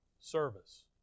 Service